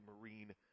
Marine